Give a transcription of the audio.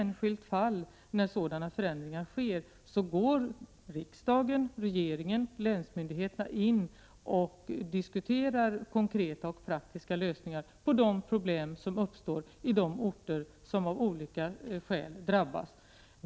När sådana förändringar sker går riksdagen, regeringen och länsmyndigheterna i varje enskilt fall in och diskuterar konkreta och praktiska lösningar på de problem som uppstår i de orter som av olika skäl drabbas.